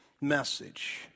message